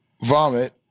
vomit